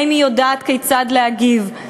האם היא יודעת כיצד להגיב?